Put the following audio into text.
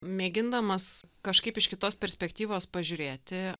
mėgindamas kažkaip iš kitos perspektyvos pažiūrėti